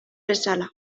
bezala